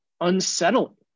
unsettling